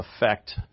affect